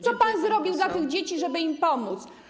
Co pan zrobił dla tych dzieci, żeby im pomóc?